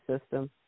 system